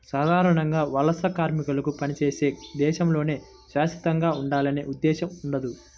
సాధారణంగా వలస కార్మికులకు పనిచేసే దేశంలోనే శాశ్వతంగా ఉండాలనే ఉద్దేశ్యం ఉండదు